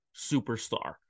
superstar